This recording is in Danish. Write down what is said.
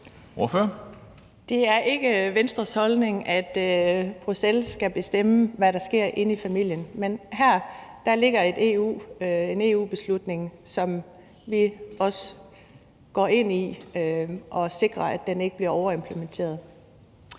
Det er ikke Venstres holdning, at Bruxelles skal bestemme, hvad der skal ske inden for familien, men her ligger der en EU-beslutning, som vi også går ind og sikrer ikke bliver overimplementeret.